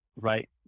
Right